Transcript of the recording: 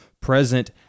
present